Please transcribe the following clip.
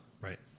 Right